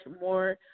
more